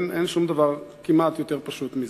אין שום דבר כמעט יותר פשוט מזה.